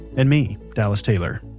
and me, dallas taylor.